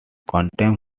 contempt